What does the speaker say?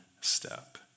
step